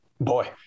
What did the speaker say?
boy